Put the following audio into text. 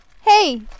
hey